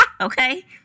okay